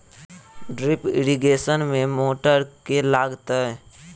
Drip irrigation मे motor केँ लागतै?